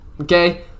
Okay